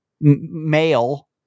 male